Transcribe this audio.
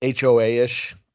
HOA-ish